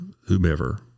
whomever